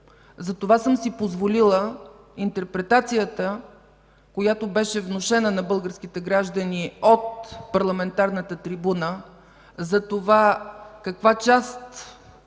да реагирам на интерпретацията, която беше внушена на българските граждани от парламентарната трибуна, за това каква част